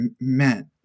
meant